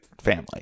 family